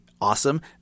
awesome